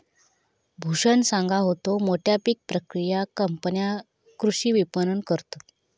भूषण सांगा होतो, मोठ्या पीक प्रक्रिया कंपन्या कृषी विपणन करतत